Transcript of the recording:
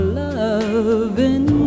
loving